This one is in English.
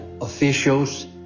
officials